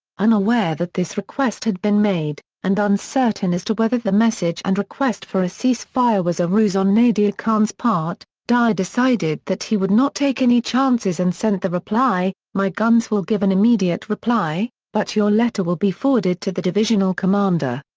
unaware that this request had been made, and uncertain as to whether the message and request for a cease fire was a ruse on nadir khan's part, dyer decided that he would not take any chances and sent the reply my guns will give an immediate reply, but your letter will be forwarded to the divisional commander.